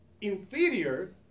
inferior